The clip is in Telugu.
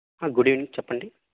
గుడ్ ఈవెనింగ్ చెప్పండి